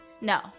no